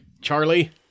Charlie